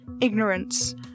ignorance